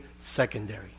secondary